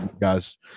guys